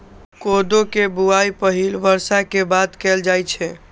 कोदो के बुआई पहिल बर्षा के बाद कैल जाइ छै